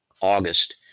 August